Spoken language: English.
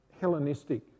Hellenistic